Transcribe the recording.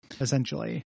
Essentially